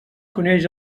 coneix